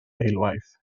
eilwaith